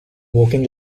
working